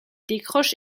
décroche